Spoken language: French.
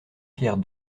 pierre